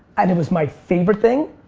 and it was my favorite thing,